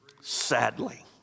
Sadly